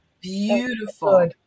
Beautiful